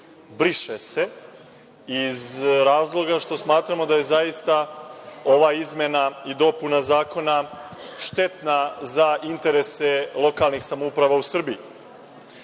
„briše se“, iz razloga što smatramo da je zaista ova izmena i dopuna Zakona štetna za interese lokalnih samouprava u